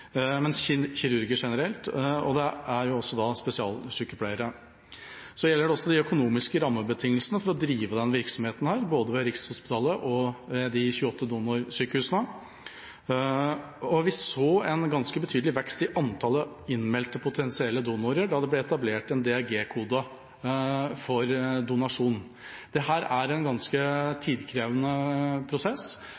men også kirurger generelt og spesialsykepleiere. Så er det også de økonomiske rammebetingelsene for å drive denne virksomheten, både ved Rikshospitalet og de 28 donorsykehusene. Vi så en ganske betydelig vekst i antallet innmeldte potensielle donorer da det ble etablert en DRG-kode for donasjon. Dette er en ganske tidkrevende prosess